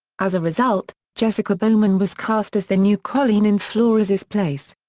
as a result, jessica bowman was cast as the new colleen in flores's place.